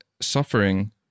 suffering